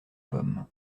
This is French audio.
pomme